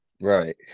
Right